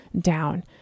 down